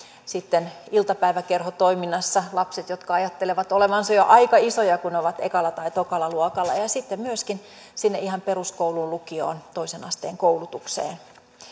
iltapäiväkerhotoiminnassa lapset jotka ajattelevat olevansa jo aika isoja kun ovat ekalla tai tokalla luokalla ja ja myöskin ihan peruskouluun lukioon toisen asteen koulutukseen